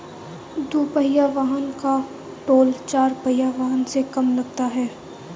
दुपहिया वाहन का टोल चार पहिया वाहन से कम लगता है